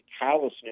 callousness